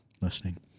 listening